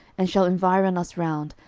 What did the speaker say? and shall environ us round,